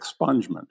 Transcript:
expungement